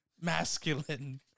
masculine